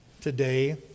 today